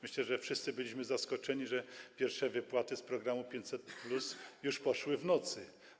Myślę, że wszyscy byliśmy zaskoczeni tym, że pierwsze wypłaty z programu 500+ już nastąpiły w nocy.